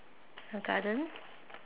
a garden